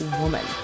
woman